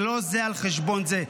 זה לא זה על חשבון זה,